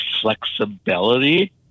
flexibility